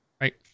right